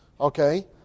Okay